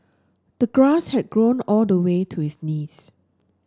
the grass had grown all the way to his knees